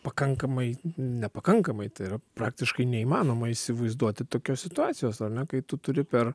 pakankamai nepakankamai tai yra praktiškai neįmanoma įsivaizduoti tokios situacijos ar ne kai tu turi per